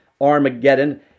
Armageddon